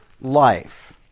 life